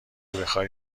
بخای